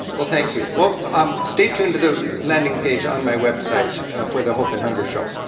well thank you, well um stay tuned to the landing page on my website for the hope and hunger show,